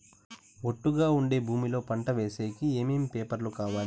ఒట్టుగా ఉండే భూమి లో పంట వేసేకి ఏమేమి పేపర్లు కావాలి?